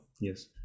yes